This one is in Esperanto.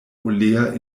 olea